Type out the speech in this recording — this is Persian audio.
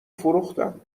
فروختم